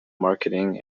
marketing